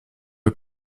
est